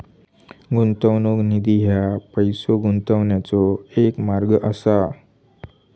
गुंतवणूक निधी ह्या पैसो गुंतवण्याचो एक मार्ग असा